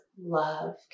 love